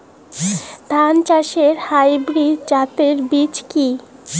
ধান চাষের হাইব্রিড জাতের বীজ কি?